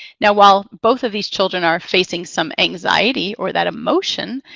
now while both of these children are facing some anxiety or that emotion,